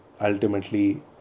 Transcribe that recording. Ultimately